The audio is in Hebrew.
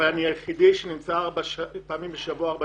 אבל אני היחידי שנמצא ארבע פעמים בשבוע ארבע